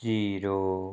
zero